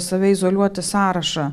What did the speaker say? save izoliuoti sąrašą